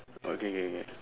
okay K K